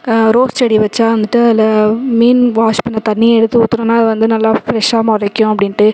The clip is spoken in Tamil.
ரோஸ் செடி வச்சால் வந்துட்டு அதில் மீன் வாஷ் பண்ணிண தண்ணியை எடுத்து ஊற்றுனோன்னா அது வந்து நல்லா ஃப்ரெஷ்ஷாக முளைக்கும் அப்படின்ட்டு